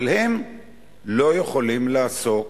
אבל הם לא יכולים לעסוק